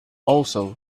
also